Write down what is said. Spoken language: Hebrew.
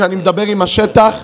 כשאני מדבר עם השטח,